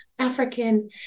African